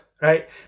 right